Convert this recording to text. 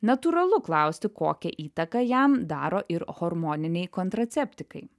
natūralu klausti kokią įtaką jam daro ir hormoniniai kontraceptikai